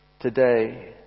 Today